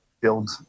build